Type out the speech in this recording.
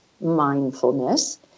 mindfulness